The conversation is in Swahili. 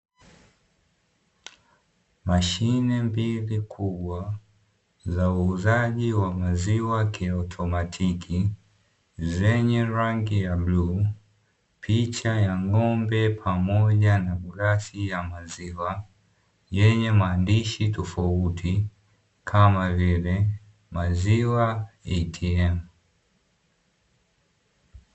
Mashine mbili kubwa za uvuzaji wa maziwa kiutomatiki zenye rangi ya blue picha ya ng'ombe pamoja na glasi ya maziwa yenye maandishi tofauti kama vile "Maziwa ATM".